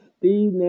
Steve